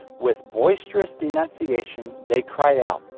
with boisterous denunciation they cried out,